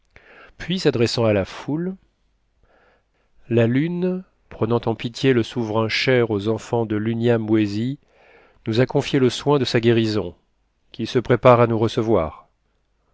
puis s'adressant à la foule la lune prenant en pitié le souverain cher aux enfants de l'unyamwezy nous a confié le soin de sa guérison qu'il se prépare à nous recevoir